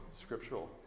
scriptural